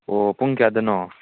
ꯑꯣ ꯄꯨꯡ ꯀꯌꯥꯗꯅꯣ